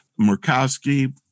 Murkowski